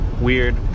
weird